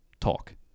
Talk